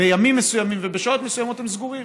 בימים מסוימים ובשעות מסוימות הם סגורים.